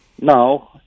No